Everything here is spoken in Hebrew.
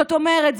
זאת אומרת,